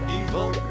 evil